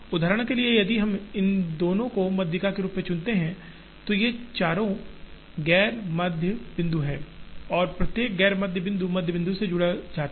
उदाहरण के लिए यदि हम इन दोनों को माध्यिका के रूप में चुनते हैं तो ये चारों ग़ैर मध्य बिंदु हैं और प्रत्येक ग़ैर माध्य मध्य बिंदु से जुड़ जाता है